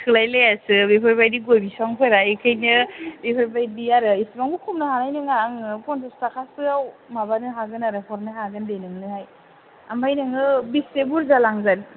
थोलाय लायासो बेफोर बादि गय बिफांफोरा बेखायनो बेफोर बायदि आरो इसिबां खमायनो हानाय नङा आङो फनसास थाखासोयाव माबानो हागोन आरो हरनो हागोन दे नोंनोहाय ओमफ्राय नोङो बेसे बुरजा लांगोन